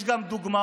יש גם דוגמאות.